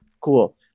cool